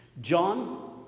John